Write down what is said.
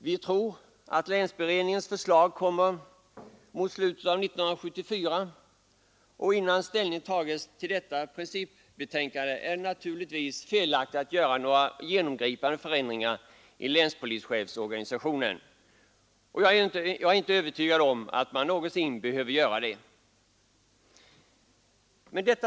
Vi tror att länsberedningens förslag kommer mot slutet av 1974, och innan ställning tas till detta principbetänkande är det naturligtvis felaktigt att göra några genomgripande förändringar i länspolisorganisationen. Jag är inte övertygad om att man någonsin behöver göra det.